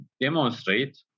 demonstrate